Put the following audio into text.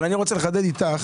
אבל אני רוצה לחדד איתך